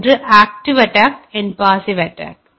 ஒன்று active attack மற்றொன்று passive attack